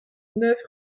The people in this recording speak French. neuf